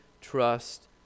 trust